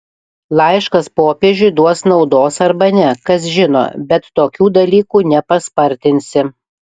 laiškas popiežiui duos naudos arba ne kas žino bet tokių dalykų nepaspartinsi